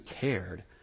cared